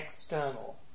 external